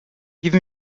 give